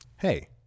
Hey